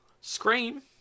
Scream